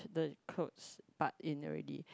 the clothes part in already